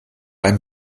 einem